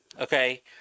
Okay